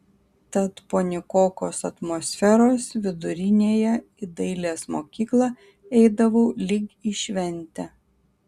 tad po nykokos atmosferos vidurinėje į dailės mokyklą eidavau lyg į šventę